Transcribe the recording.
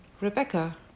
Rebecca